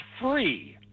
free